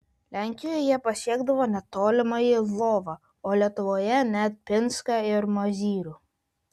lenkijoje jie pasiekdavo net tolimąjį lvovą o lietuvoje net pinską ir mozyrių